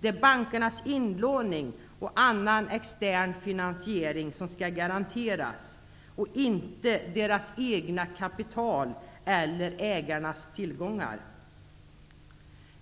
Det är bankernas inlåning och annan extern finansiering som skall garanteras, inte deras egna kapital eller ägarnas tillgångar.